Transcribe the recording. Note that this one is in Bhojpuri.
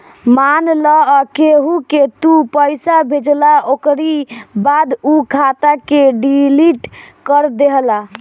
मान लअ केहू के तू पईसा भेजला ओकरी बाद उ खाता के डिलीट कर देहला